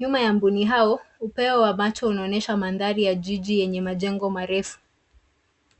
Nyuma ya mbuni hao upeo wa macho unaonyesha mandhari ya jiji yenye majengo marefu.